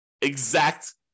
exact